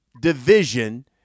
division